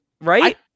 right